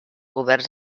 oberts